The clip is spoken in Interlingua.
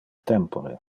tempore